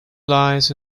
lies